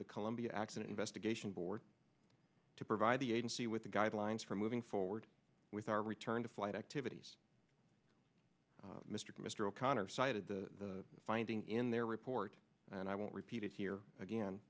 the columbia accident investigation board to provide the agency with the guidelines for moving forward with our return to flight activities mr mr o'connor cited the finding in their report and i won't repeat it here again